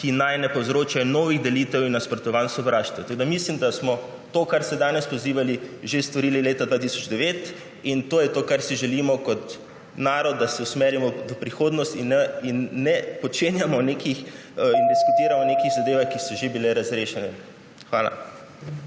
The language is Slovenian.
ki naj ne povzročajo novih delitev in nasprotovanj ter sovraštev. Tako mislim, da smo to, kar ste danes pozivali, že storili leta 2009. In to je to, kar si želimo kot narod – da se usmerimo v prihodnost in ne diskutiramo o nekih zadevah, ki so že bile razrešene. Hvala.